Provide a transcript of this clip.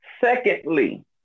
Secondly